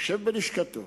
יושב בלשכתו